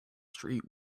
street